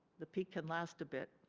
the peak can last a bit.